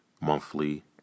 monthly